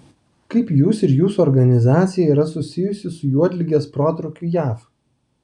kaip jūs ir jūsų organizacija yra susijusi su juodligės protrūkiu jav